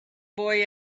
boy